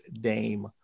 dame